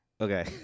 Okay